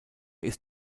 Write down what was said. ist